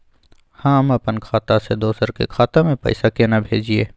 हम अपन खाता से दोसर के खाता में पैसा केना भेजिए?